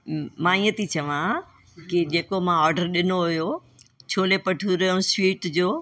मां ईअं ती चवां कि जेको मां ऑडर ॾिनर हुओ छोले भठूरे ऐं स्वीट जो